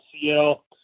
CL